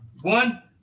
One